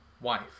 wife